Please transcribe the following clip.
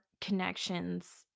connections